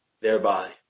thereby